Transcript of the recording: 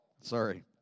Sorry